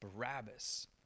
Barabbas